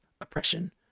oppression